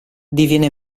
diviene